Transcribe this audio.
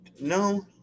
no